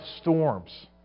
storms